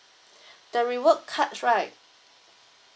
the reward cards right